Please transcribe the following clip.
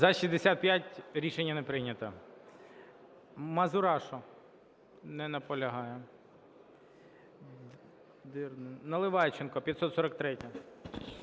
За-65 Рішення не прийнято. Мазурашу. Не наполягає. Наливайченко, 543-я.